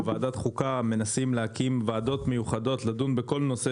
בוועדת החוקה מנסים להקים ועדות מיוחדות לדון בכל נושא